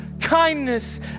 kindness